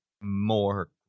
more